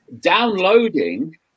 downloading